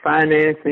financing